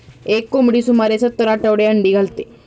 एक कोंबडी सुमारे सत्तर आठवडे अंडी घालते